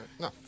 no